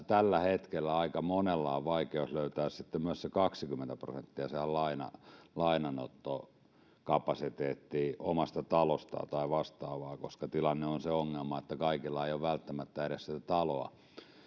tällä hetkellä aika monella on vaikeus löytää sitten myös se kaksikymmentä prosenttia siihen lainanottokapasiteettiin omasta talostaan tai vastaavasta koska tilanne ja ongelma on se että kaikilla ei ole välttämättä edes sitä taloa